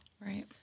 Right